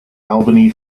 albany